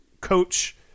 coach